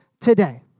today